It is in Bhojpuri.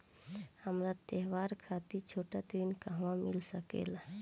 हमरा त्योहार खातिर छोटा ऋण कहवा मिल सकेला?